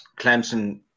Clemson